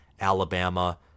Alabama